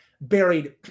buried